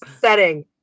setting